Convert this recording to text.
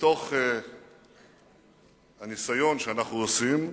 לתוך הניסיון שאנחנו עושים.